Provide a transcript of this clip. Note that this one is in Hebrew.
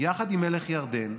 עם מלך ירדן,